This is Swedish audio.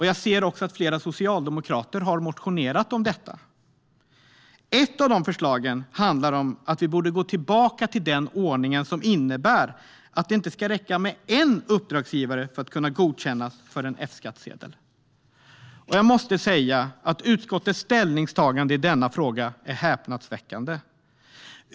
Jag ser också att flera socialdemokrater har motionerat om problemet. Ett av våra förslag handlar om att vi borde gå tillbaka till den ordning som innebär att det inte ska räcka att ha en uppdragsgivare för att kunna godkännas för F-skattsedel. Jag måste säga att utskottets ställningstagande i denna fråga är häpnadsväckande.